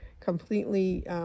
completely